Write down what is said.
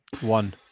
One